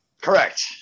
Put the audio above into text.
correct